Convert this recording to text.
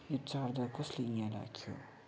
यो चार्जर कसले यहाँ राख्यो